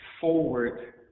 forward